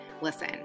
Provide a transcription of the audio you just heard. Listen